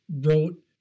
wrote